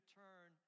turn